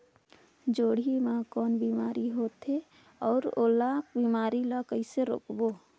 जोणी मा कौन बीमारी होथे अउ ओला बीमारी ला कइसे रोकबो?